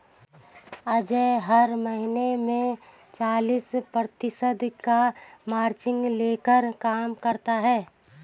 अजय हर महीने में चालीस प्रतिशत का मार्जिन लेकर काम करता है